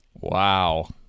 wow